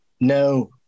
No